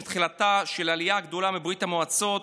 עם תחילתה של העלייה הגדולה מברית המועצות,